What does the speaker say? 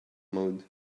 mode